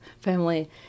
family